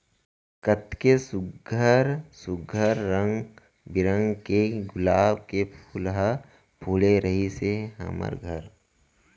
कतेक सुग्घर सुघ्घर रंग बिरंग के गुलाब के फूल ह फूले रिहिस हे हमर घर